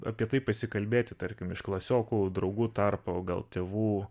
apie tai pasikalbėti tarkim iš klasiokų draugų tarpo o gal tėvų